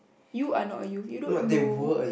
you are not a youth you don't know